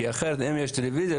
כי אחרת אם יש טלוויזיה,